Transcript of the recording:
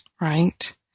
Right